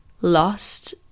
lost